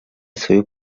свою